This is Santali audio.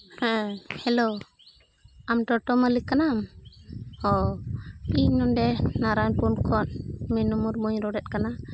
ᱦᱮᱸ ᱦᱮᱞᱳ ᱟᱢ ᱴᱳᱴᱳ ᱢᱟᱹᱞᱤᱠ ᱠᱟᱱᱟᱢ ᱚ ᱤᱧ ᱱᱚᱸᱰᱮ ᱱᱟᱨᱟᱱᱯᱩᱨ ᱠᱷᱚᱡ ᱢᱤᱱᱩ ᱢᱩᱨᱢᱩᱧ ᱨᱚᱲᱮᱫ ᱠᱟᱱᱟ